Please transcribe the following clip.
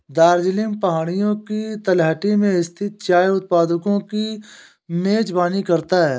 दार्जिलिंग पहाड़ियों की तलहटी में स्थित चाय उत्पादकों की मेजबानी करता है